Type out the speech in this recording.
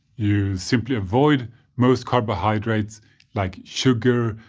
you simply avoid most carbohydrates like sugar,